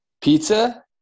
pizza